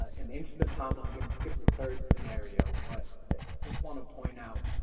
in interest of time, i'm gonna skip the third scenario, but just want to point out